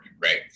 right